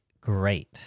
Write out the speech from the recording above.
great